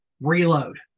Reload